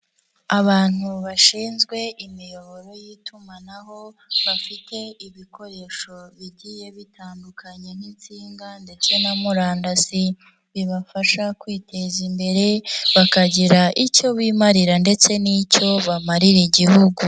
Abantu bashinzwe imiyoboro y'itumanaho, bafite ibikoresho bigiye bitandukanye n'insinga ndetse na murandasi, bibafasha kwiteza imbere, bakagira icyo bimarira ndetse n'icyo bamarira igihugu.